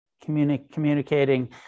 communicating